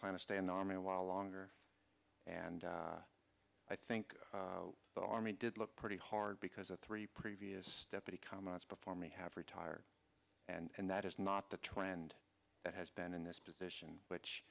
plan to stay in army a while longer and i think the army did look pretty hard because the three previous deputy comments before me have retired and that is not the trend that has been in this position which